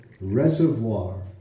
reservoir